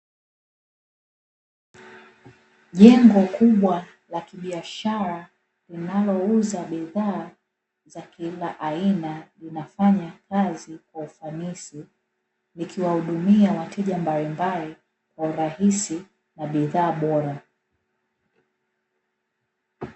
Jengo kubwa la kibiashara linalouza bidhaa za kila aina linafanya kazi kwa ufanisi likiwahudumia wateja mbalimbali kwa urahisi na bidhaa bora.